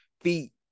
feet